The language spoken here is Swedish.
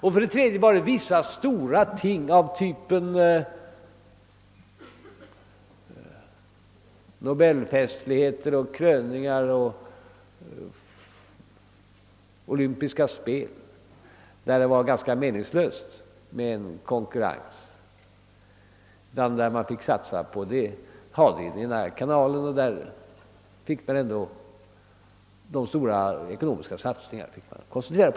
Vidare gällde det vissa stora inslag av typen Nobelfesten, kröningar och olympiska spel, där det var ganska meningslöst med en konkurrens och där man fick genomföra sändningarna i en kanal dit alltså de stora ekonomiska satsningarna kunde koncentreras.